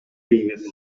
previous